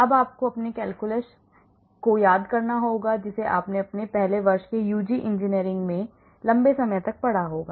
अब आपको अपने कैलकुलस को याद करना होगा जिसे आपने अपने पहले वर्ष के यूजी इंजीनियरिंग सत्र में लंबे समय तक पढ़ा होगा